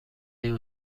این